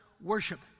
worship